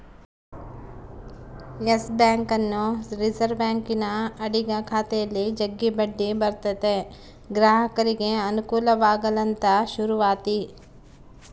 Yes ಬ್ಯಾಂಕನ್ನು reserve ಬ್ಯಾಂಕಿನ ಅಡಿಗ ಖಾತೆಯಲ್ಲಿ ಜಗ್ಗಿ ಬಡ್ಡಿ ಬರುತತೆ ಗ್ರಾಹಕರಿಗೆ ಅನುಕೂಲವಾಗಲಂತ ಶುರುವಾತಿ